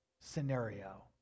scenario